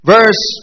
Verse